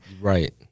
Right